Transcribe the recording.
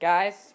Guys